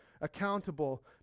accountable